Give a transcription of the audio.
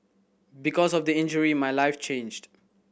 because of the injury my life changed